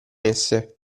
esse